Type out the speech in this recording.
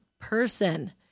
person